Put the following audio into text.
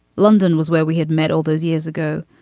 london was where we had met all those years ago,